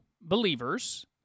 believers